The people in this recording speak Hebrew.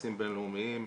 כנסים בינלאומיים,